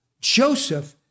Joseph